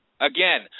Again